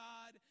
God